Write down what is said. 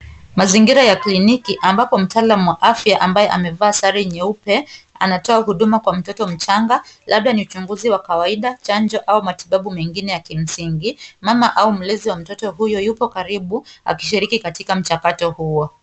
Mazingira ya kliniki ambapo mtaalamu wa afya ambaye amevaa sare nyeupe, anatoa huduma kwa mtoto mchanga, labda ni uchunguzi wa kawaida, chanjo au matibabu mengine ya kimsingi. Mama au mlezi wa mtoto huyo yupo karibu akishiriki katika mchakato huo.